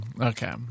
Okay